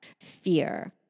fear